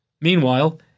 Meanwhile